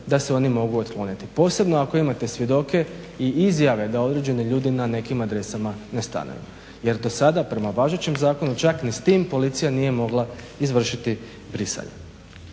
da se oni mogu otkloniti, posebno ako imate svjedoke i izjave da određeni ljudi na nekim adresama ne stanuju jer do sada prema važećem zakonu čak ni s tim policija nije mogla izvršiti brisanje.